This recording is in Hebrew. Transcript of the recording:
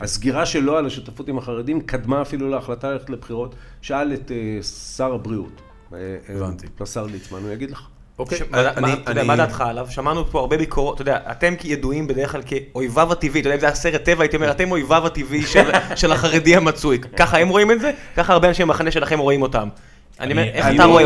הסגירה שלו על השותפות עם החרדים קדמה אפילו להחלטה ללכת לבחירות, שאל את שר הבריאות. הבנתי. לשר ליצמן, הוא יגיד לך. אוקיי. מה דעתך עליו? שמענו פה הרבה ביקורות, אתה יודע, אתם כידועים בדרך כלל כאויביו הטבעי, אתה יודע, זה היה סרט טבעי, אתם אויביו הטבעי של החרדי המצוי. ככה הם רואים את זה, ככה הרבה אנשים במחנה שלכם רואים אותם. איך אתה רואה?